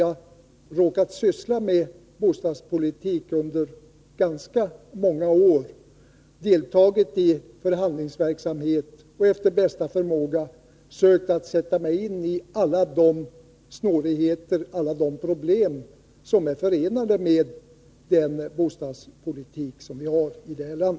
Jag har ändå sysslat med bostadspolitik under ganska många år, deltagit i förhandlingsverksamhet och efter bästa förmåga sökt sätta mig in i alla de snårigheter och problem som är förenade med den bostadspolitik som vi har i detta land.